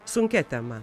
sunkia tema